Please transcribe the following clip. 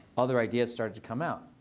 other ideas started to come out.